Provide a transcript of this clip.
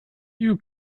you